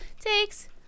takes